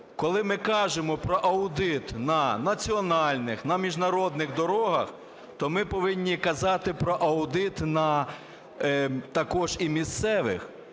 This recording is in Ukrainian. Коли ми кажемо про аудит на національних, на міжнародних дорогах, то ми повинні казати про аудит на також і місцевих.